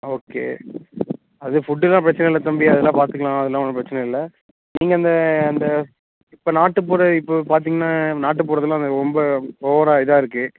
okay அது ஃபுட்டுலாம் பிரச்சனை இல்லை தம்பி அதெலாம் பார்த்துக்கலாம் அதெலாம் ஒன்றும் பிரச்சனை இல்லை நீங்கள் அந்த அந்த இப்போ நாட்டுப்புற இப்போ பார்த்திங்கன்னா நாட்டுப்புறத்தில் ரொம்ப ஓவராக இதாக இருக்கு